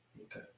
Okay